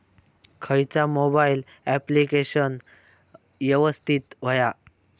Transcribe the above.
खयचा mobile application यवस्तित होया?